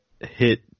hit